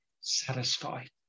satisfied